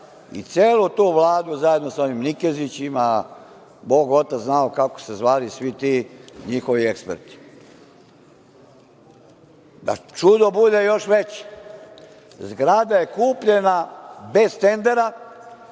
i celu tu Vladu, zajedno sa ovim Nikezićima, bog otac znao kako su se zvali svi ti njihovi eksperti. Da čudo bude još veće, zgrada je kupljena bez tendera,